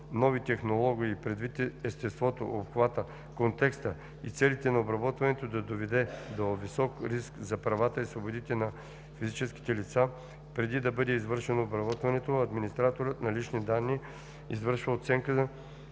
нови технологии, и предвид естеството, обхвата, контекста и целите на обработването, да доведе до висок риск за правата и свободите на физическите лица, преди да бъде извършено обработването, администраторът на лични данни извършва оценка на